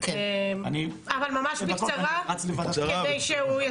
אבל ממש בקצרה כדי שהוא,